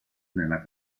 nella